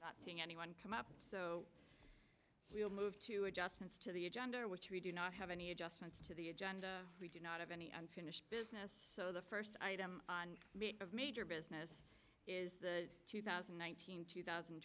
to anyone come up so we will move to adjustments to the agenda which we do not have any adjustments to the agenda we do not have any unfinished business so the first item on of major business is the two thousand and one thousand two thousand and